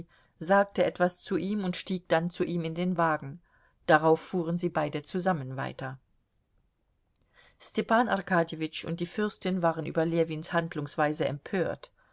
sagte etwas zu ihm und stieg dann zu ihm in den wagen darauf fuhren sie beide zusammen weiter stepan arkadjewitsch und die fürstin waren über ljewins handlungsweise empört